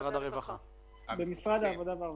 ממשרד העבודה והרווחה,